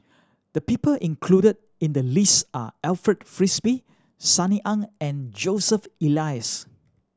the people included in the list are Alfred Frisby Sunny Ang and Joseph Elias